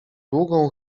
długą